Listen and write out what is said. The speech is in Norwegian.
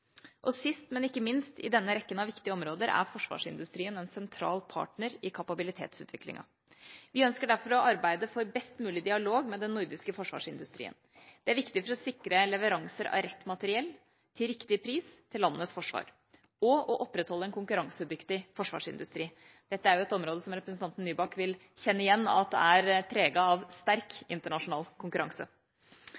Sist, men ikke minst, i denne rekken av viktige områder er forsvarsindustrien en sentral partner i kapabilitetsutviklingen. Vi ønsker derfor å arbeide for best mulig dialog med den nordiske forsvarsindustrien. Det er viktig for å sikre leveranser av rett materiell til riktig pris til landets forsvar, og å opprettholde en konkurransedyktig forsvarsindustri. Dette er jo et område som representanten Nybakk vil kjenne igjen er preget av sterk